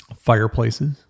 fireplaces